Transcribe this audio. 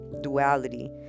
duality